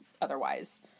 otherwise